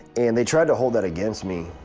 and they tried to hold that against me